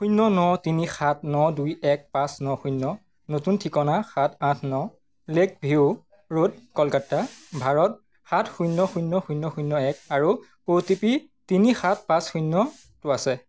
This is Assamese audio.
শূন্য ন তিনি সাত ন দুই এক পাঁচ ন শূন্য নতুন ঠিকনা সাত আঠ ন lake view road Kolkata Bharat সাত শূন্য শূন্য শূন্য শূন্য এক আৰু অ' টি পি তিনি সাত পাঁচ শূন্যটো আছে